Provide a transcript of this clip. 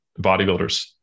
bodybuilders